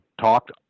talked